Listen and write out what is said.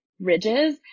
ridges